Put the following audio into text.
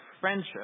friendship